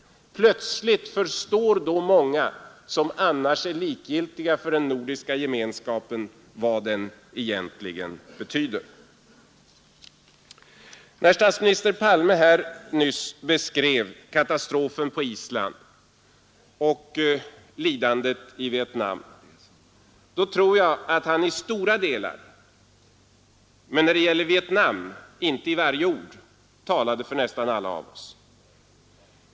Plötsligt förstår då många, som annars är likgiltiga för den nordiska gemenskapen, vad den egentligen betyder. När statsminister Palme nyss beskrev katastrofen på Island och lidandet i Vietnam tror jag att han i stora delar — ehuru när det gäller Vietnam inte i varje ord — talade för nästan alla av oss.